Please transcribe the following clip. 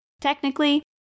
Technically